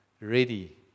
ready